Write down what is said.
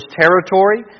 territory